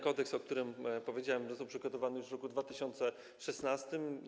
Kodeks, o którym powiedziałem, został przygotowany już w roku 2016.